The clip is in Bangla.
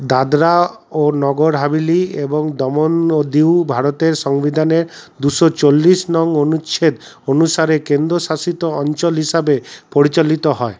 দাদরা ও নগর হাভেলি এবং দমন ও দিউ ভারতের সংবিধানের দুশো চল্লিশ নং অনুচ্ছেদ অনুসারে কেন্দ্রশাসিত অঞ্চল হিসাবে পরিচালিত হয়